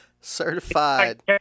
Certified